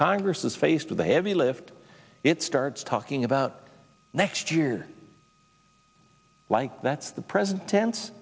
congress is faced with a heavy lift it starts talking about next year like that's the present tense